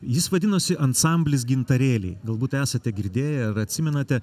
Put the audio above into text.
jis vadinosi ansamblis gintarėliai galbūt esate girdėję ar atsimenate